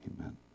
Amen